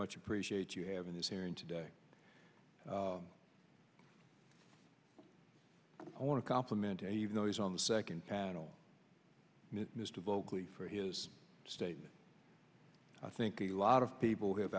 much appreciate you having this hearing today i want to compliment even though he's on the second panel to vocally for his statement i think a lot of people have